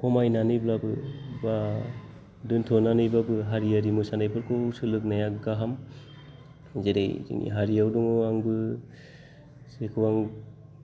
खमायनानैब्लाबो बा दोन्थ'नानैब्लाबो हारियारि मोसानायफोरखौ सोलोंनाया गाहाम जेरै जोंनि हारियाव दङ जेखौ आंबो जेखौ आं